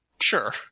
Sure